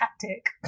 tactic